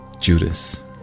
Judas